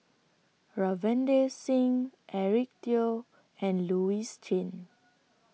Ravinder Singh Eric Teo and Louis Chen